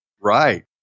Right